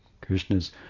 Krishna's